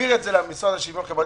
להעביר את זה למשרד לשוויון חברתי.